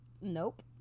nope